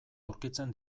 aurkitzen